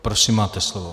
Prosím, máte slovo.